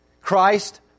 Christ